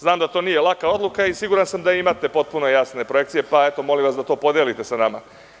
Znam da to nije laka odluka i siguran sam da imate potpuno jasne projekcije, ali eto, molim vas, da to podelite sa nama.